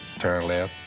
turn left.